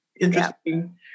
interesting